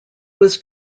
was